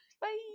Bye